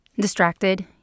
Distracted